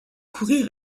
courir